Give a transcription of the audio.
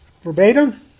verbatim